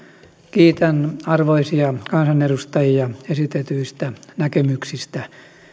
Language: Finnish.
kiitän arvoisia kansanedustajia esitetyistä näkemyksistä